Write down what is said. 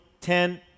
ten